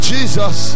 Jesus